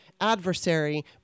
Adversary